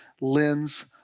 lens